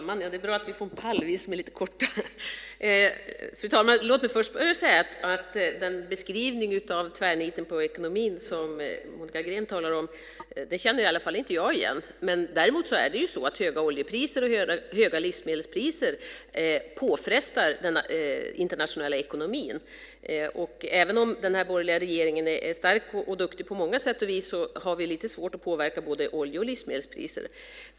Fru talman! Låt mig först säga att den beskrivning av tvärniten i ekonomin som Monica Green gör är något som jag inte kan känna igen. Däremot innebär höga oljepriser och höga livsmedelspriser en påfrestning på den internationella ekonomin. Även om den borgerliga regeringen är stark och duktig på många sätt och vis har vi lite svårt att påverka olje och livsmedelspriser.